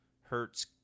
Hertz